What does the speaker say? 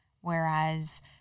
Whereas